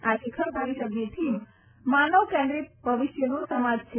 આ શિખર પરીષદની થીમ માનવ કેન્દ્રીત ભવિષ્યનો સમાજ છે